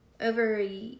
over